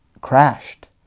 crashed